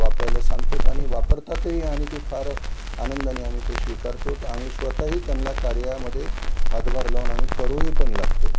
वापरायला सांगत आहोत आणि वापरतातही आणि ते फार आनंदाने आम्ही ते स्वीकारत आहोत आम्ही स्वतःही त्यांला कार्यामध्ये हातभार लावून आम्ही करूही पण लागत आहे